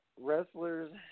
wrestlers